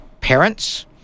parents